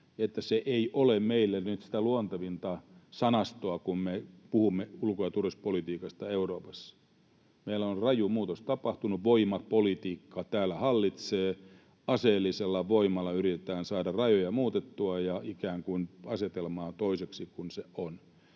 että se ei ole meille nyt sitä luontevinta sanastoa, kun me puhumme ulko- ja turvallisuuspolitiikasta Euroopassa. Meillä on raju muutos tapahtunut, voimapolitiikka täällä hallitsee, aseellisella voimalla yritetään saada rajoja muutettua ja ikään kuin asetelmaa toiseksi kuin mitä se on.